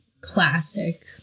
classic